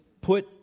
put